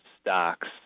stocks